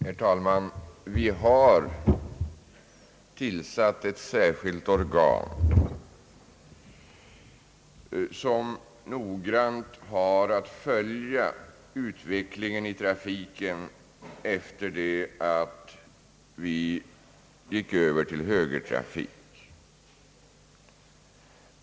Herr talman! Vi har tillsatt ett särskilt organ, som noggrant har att följa utvecklingen i trafiken efter det att vi gick över till högertrafik.